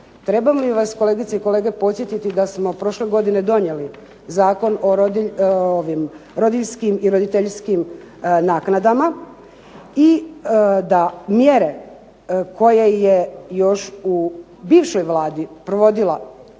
Trebamo li vas kolegice i kolege podsjetiti da smo prošle godine donijeli Zakon o rodiljskim i roditeljskim naknadama i da mjere koje je još u bivšoj Vladi provodila,